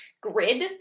grid